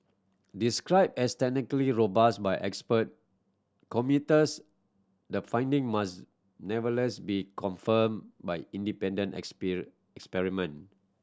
described as technically robust by expert commuters the finding must never less be confirmed by independent experiment